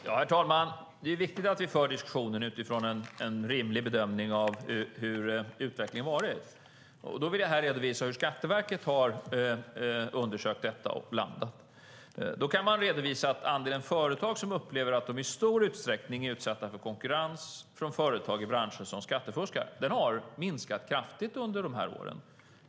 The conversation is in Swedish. Herr talman! Det är viktigt att vi för diskussionen utifrån en rimlig bedömning av hur utvecklingen har varit. Då vill jag här redovisa hur Skatteverket har undersökt detta och vad man kommit fram till. Andelen företag som upplever att de i stor utsträckning är utsatta för konkurrens från företag i branscher som skattefuskar har minskat kraftigt under de här åren.